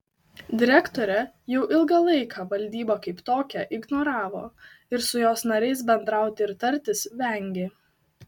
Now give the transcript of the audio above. direktorė jau ilgą laiką valdybą kaip tokią ignoravo ir su jos nariais bendrauti ir tartis vengė